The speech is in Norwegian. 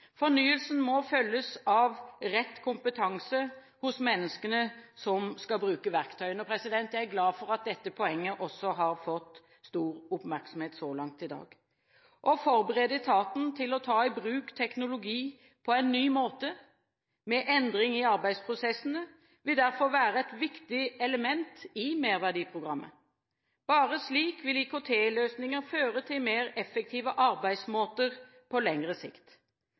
Fornyelsen må følges av rett kompetanse hos menneskene som skal bruke verktøyene. Jeg er glad for at dette poenget også har fått stor oppmerksomhet så langt i dag. Å forberede etaten til å ta i bruk teknologi på en ny måte, med endring i arbeidsprosessene, vil derfor være et viktig element i Merverdiprogrammet. Bare slik vil IKT-løsninger føre til mer effektive arbeidsmåter på lengre sikt.